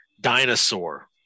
dinosaur